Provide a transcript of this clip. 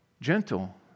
gentle